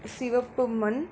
சிவப்பு மண்